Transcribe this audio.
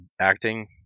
acting